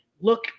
look